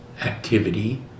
activity